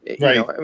Right